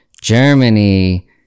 Germany